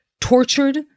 tortured